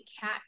cat